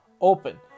open